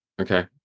Okay